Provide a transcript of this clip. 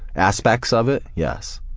aspects of it, yes.